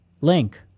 link